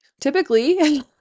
typically